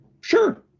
sure